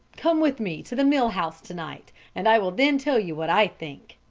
come with me to the mill-house to-night, and i will then tell you what i think.